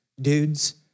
dudes